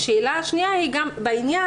והשאלה השנייה וההמלצה,